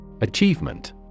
Achievement